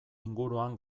inguruan